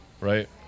right